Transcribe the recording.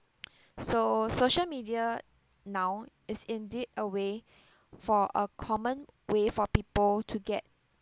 so social media now is indeed a way for a common way for people to get